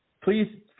Please